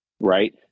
right